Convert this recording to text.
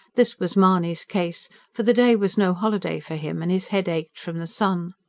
this was mahony's case for the day was no holiday for him, and his head ached from the sun.